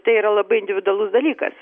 tai yra labai individualus dalykas